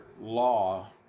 Law